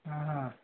ఆహ